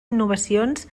innovacions